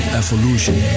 evolution